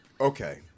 Okay